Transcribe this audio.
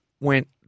went